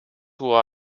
who